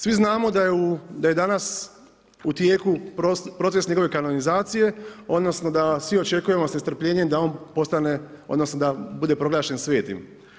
Svi znamo da je danas u tijeku proces njegove kanonizacije, odnosno da svi očekujemo s nestrpljenjem da on postane, odnosno da bude proglašen svetim.